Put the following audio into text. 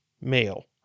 male